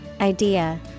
idea